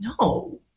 no